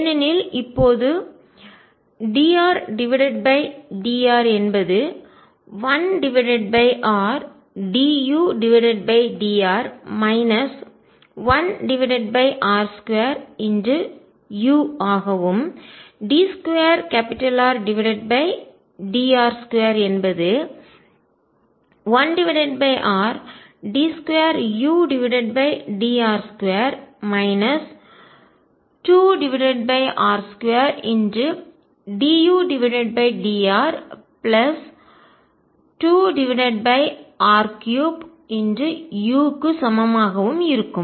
ஏனெனில் இப்போது dRdr என்பது 1rdudr 1r2u ஆகவும் d2Rdr2 என்பது 1r d2udr2 2r2dudr2r3uக்கு சமமாகவும் இருக்கும்